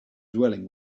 dwelling